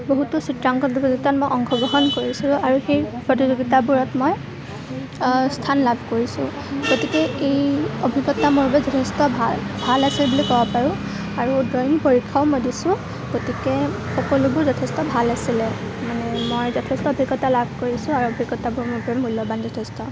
বহুতো চিত্ৰাংকন প্ৰতিযোগিতাত মই অংশগ্ৰহণ কৰিছোঁ আৰু সেই প্ৰতিযোগিতাবোৰত মই স্থান লাভ কৰিছোঁ গতিকে এই অভিজ্ঞতা মোৰ বাবে যথেষ্ট ভাল ভাল আছিল বুলি ক'ব পাৰোঁ আৰু ড্ৰয়িং পৰীক্ষাও মই দিছোঁ গতিকে সকলোবোৰ যথেষ্ট ভাল আছিলে মানে মই যথেষ্ট অভিজ্ঞতা লাভ কৰিছোঁ আৰু অভিজ্ঞতাবোৰ মোৰ বাবে মূল্য়ৱান যথেষ্ট